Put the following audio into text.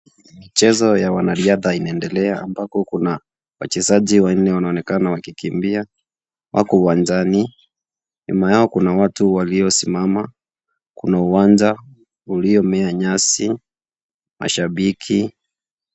Michezo ya wanariadha inaendelea ambapo kuna wachezaji wanne wanaonekana wakikimbia. Wako uwanjani nyuma yao kuna watu walio simama kuna uwanja uliomea nyasi mashabiki.